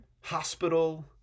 hospital